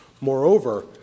Moreover